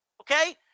Okay